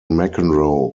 mcenroe